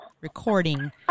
recording